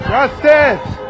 Justice